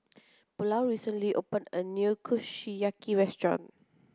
Paulo recently opened a new Kushiyaki Restaurant